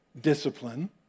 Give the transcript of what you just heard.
discipline